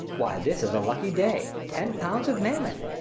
why, this is a lucky day. ten pounds of mammon!